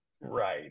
Right